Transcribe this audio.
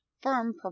firm